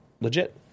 legit